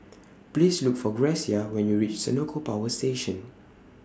Please Look For Grecia when YOU REACH Senoko Power Station